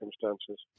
circumstances